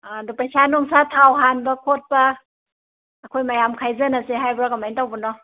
ꯑꯥ ꯑꯗꯣ ꯄꯩꯁꯥ ꯅꯨꯡꯁꯥ ꯊꯥꯎ ꯍꯥꯟꯕ ꯈꯣꯠꯄ ꯑꯩꯈꯣꯏ ꯃꯌꯥꯝ ꯈꯥꯏꯖꯤꯟꯅꯁꯦ ꯍꯥꯏꯕ꯭ꯔꯣ ꯀꯃꯥꯏꯅ ꯇꯧꯕꯅꯣ